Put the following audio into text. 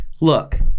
Look